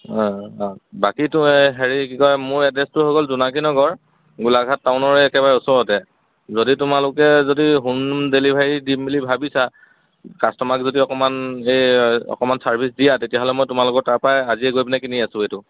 অঁ অঁ বাকীটো সেই হেৰি কি কয় মোৰ এড্ৰেছটো হৈ গ'ল জোনাকী নগৰ গোলাঘাট টাউনৰে একেবাৰে ওচৰতে যদি তোমালোকে যদি হ'ম ডেলিভাৰী দিম বুলি ভাবিছা কাষ্টমাৰক যদি অকণমান এই অকণমান চাৰ্ভিছ দিয়া তেতিয়াহ'লে মই তোমালোকৰ তাৰপৰাই আজি গৈ পেলাই কিনি আছোঁ এইটো